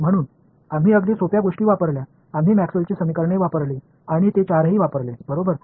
எனவே நாம் மிகவும் எளிமையான மேக்ஸ்வெல்லின் Maxwell's சமன்பாடுகளைப் பயன்படுத்துகிறோம் மேலும் அவை நான்கு சரியாகப் பயன்படுத்தப்பட்டன